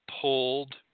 pulled